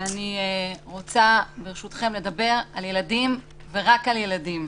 אני רוצה, ברשותכם, לדבר על ילדים ורק על ילדים.